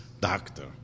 doctor